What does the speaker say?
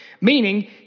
meaning